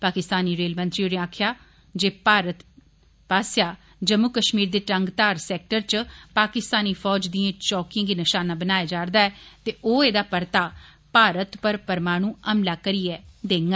पाकिस्तानी रेल मंत्री होरें आक्खेआ हा जे भारत पास्सेआ जम्मू कश्मीर दे टंगधार सैक्टर च पाकिस्तानी फौज दिंए चौकिए गी नशाना बनाया जारदा ऐ ते ओ एहदा परता भारत पर परमाणु हमला करियै दिता जाग